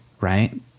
right